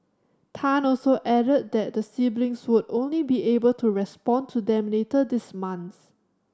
Tan also added that the siblings should only be able to respond to them later this month